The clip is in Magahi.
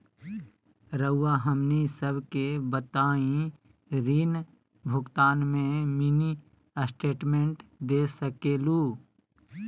रहुआ हमनी सबके बताइं ऋण भुगतान में मिनी स्टेटमेंट दे सकेलू?